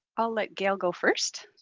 i'll let gail go first.